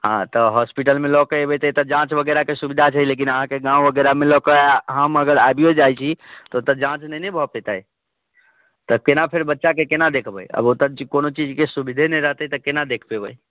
हँ तऽ होस्पिटलमे लऽके अयबै तऽ एतय जाँच वगैरहके सुविधा छै लेकिन अहाँके गाँव वगैरहमे लऽ कऽ हम अगर आइबियो जाइ छी तऽ ओतऽ जाँच नहि ने भऽ पेतै तऽ केना फेर बच्चाके केना देखबै आब ओतऽ कोनो चीजके सुविधे नहि रहतै तऽ केना पेबै